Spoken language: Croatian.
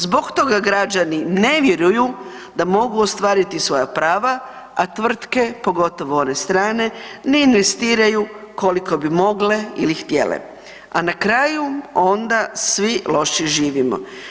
Zbog toga građani ne vjeruju da mogu ostvariti svoja prava, a tvrtke pogotovo one strane ne investiraju koliko bi mogle ili htjele, a na kraju onda svi loše živimo.